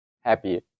happy